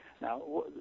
Now